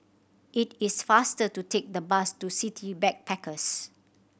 it is faster to take the bus to City Backpackers